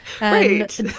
Right